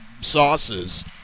sauces